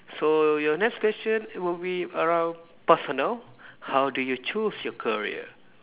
so your next question will be about personal how do you choose your career